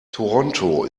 toronto